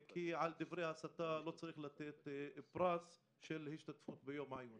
כי על דברי הסתה לא צריך לתת פרס של השתתפות ביום העיון.